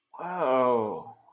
Wow